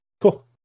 Cool